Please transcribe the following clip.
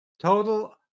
total